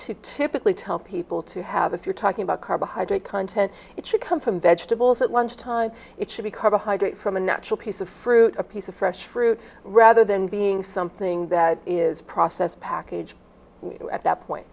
to typically tell people to have if you're talking about carbohydrate content it should come from vegetables at lunchtime it should be carbohydrate from a natural piece of fruit a piece of fresh fruit rather than being something that is processed package at that point